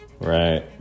Right